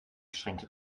schränkte